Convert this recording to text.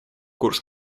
курс